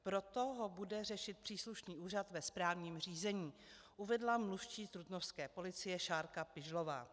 Proto ho bude řešit příslušný úřad ve správním řízení, uvedla mluvčí trutnovské policie Šárka Pižlová.